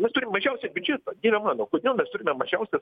mes turim mažiausią biudžetą dieve mano kodėl mes turime mažiausią